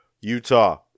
Utah